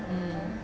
mm